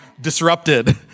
disrupted